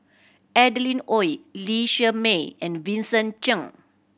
Adeline Ooi Lee Shermay and Vincent Cheng